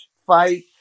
Fight